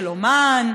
של אומן,